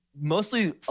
mostly